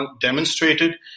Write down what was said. demonstrated